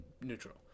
neutral